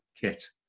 Kit